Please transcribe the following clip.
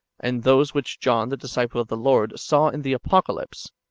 and those which john the disciple of the lord saw in the apo calypse,